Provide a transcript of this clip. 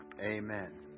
Amen